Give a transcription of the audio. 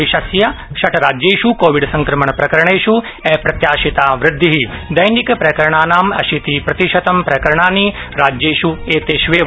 देशस्य षट् राज्येष् कोविड संक्रमण प्रकरणेष् अप्रत्याशिता वृद्धि दैनिक प्रकरणानां अशीतिप्रतिशतं प्रकरणानि राज्येष् एतेष् एव